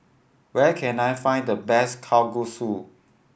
where can I find the best Kalguksu